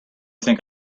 think